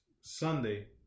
Sunday